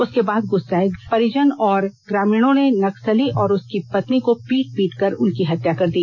उसके बाद गुस्साये ग्रामीण के परिजन और ग्रामीणों ने नक्सली और उसकी पत्नी को पीट पीट कर उनकी हत्या कर दी